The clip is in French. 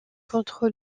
contre